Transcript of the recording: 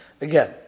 Again